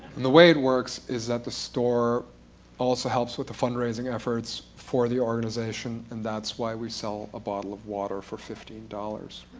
and the way it works is that the store also helps with the fundraising efforts for the organization, and that's why we sell a bottle of water for fifteen dollars.